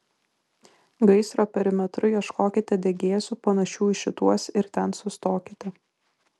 gaisro perimetru ieškokite degėsių panašių į šituos ir ten sustokite